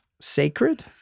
sacred